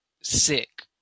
sick